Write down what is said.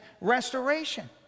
restoration